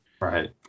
Right